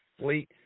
Fleet